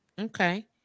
Okay